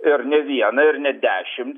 ir ne vieną ir ne dešimt